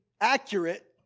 accurate